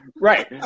Right